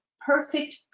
perfect